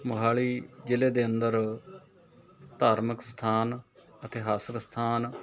ਮੋਹਾਲੀ ਜ਼ਿਲ੍ਹੇ ਦੇ ਅੰਦਰ ਧਾਰਮਿਕ ਸਥਾਨ ਇਤਿਹਾਸਿਕ ਸਥਾਨ